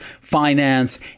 finance